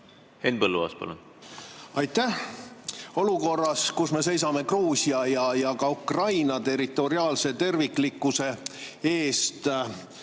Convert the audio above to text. Henn Põlluaas, palun! Aitäh! Olukorras, kus me seisame Gruusia ja Ukraina territoriaalse terviklikkuse eest,